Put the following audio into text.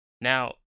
Now